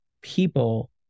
people